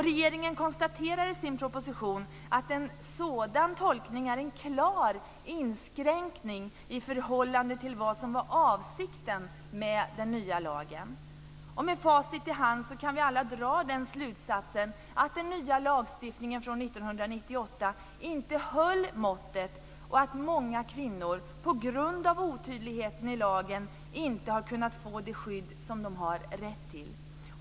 Regeringen konstaterar i sin proposition att en sådan tolkning är en klar inskränkning i förhållande till vad som var avsikten med den nya lagen. Med facit i hand kan vi alla dra slutsatsen att den nya lagstiftningen från 1998 inte höll måttet och att många kvinnor på grund av otydligheten i lagen inte har kunnat få det skydd som de har rätt till.